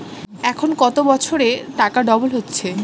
এখন কত বছরে টাকা ডবল হচ্ছে?